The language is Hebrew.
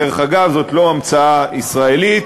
דרך אגב, זאת לא המצאה ישראלית,